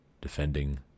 defending